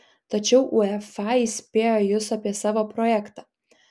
tačiau uefa įspėjo jus apie savo projektą